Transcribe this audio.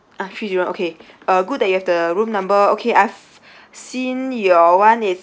ah three zero one okay uh good that you have the room number okay I've seen your one it's